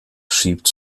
schiebt